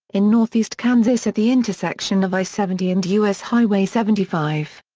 in north east kansas at the intersection of i seventy and u s. highway seventy five.